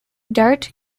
dart